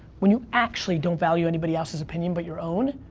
when you actually don't value anybody else's opinion but your own,